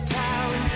town